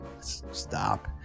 Stop